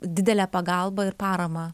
didele pagalba ir parama